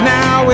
now